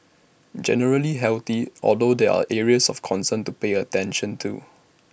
generally healthy although there are areas of concern to pay attention to